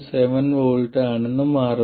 7 V ആണെന്ന് മാറുന്നു